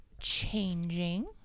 changing